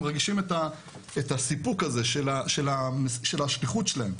מרגישים את הסיפוק הזה של השליחות שלהם.